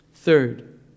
Third